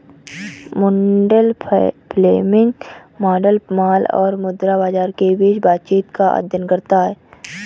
Mundell Fleming model माल और मुद्रा बाजार के बीच बातचीत का अध्ययन करता है